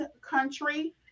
country